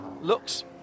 looks